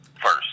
first